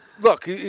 look